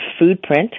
Foodprint